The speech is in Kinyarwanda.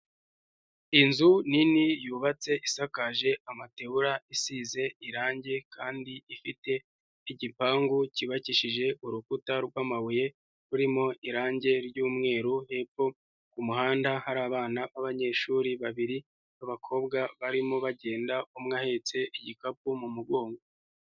Inzu nini yubatse, isakaje amategura, isize irangi kandi ifite igipangu cyubakishije urukuta rw'amabuye rurimo irangi ry'umweru, hepfo ku muhanda hari abana b'abanyeshuri babiri b'abakobwa barimo bagenda, umwe ahetse igikapu mu mugongo.